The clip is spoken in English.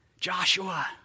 Joshua